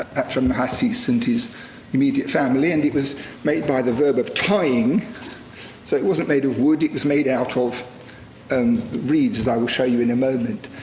atra-hassis and his immediate family. and it was made by the verb of tying, so it wasn't made of wood, it was made out of and reeds, as i will show you in a moment.